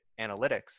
analytics